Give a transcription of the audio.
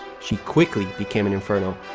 she quickly became an inferno.